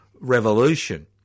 revolution